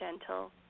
gentle